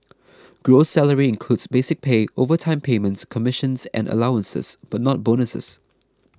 gross salary includes basic pay overtime payments commissions and allowances but not bonuses